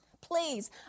please